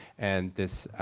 and this